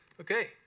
Okay